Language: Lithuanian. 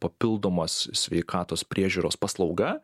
papildomos sveikatos priežiūros paslauga